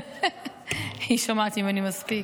היא שומעת ממני מספיק.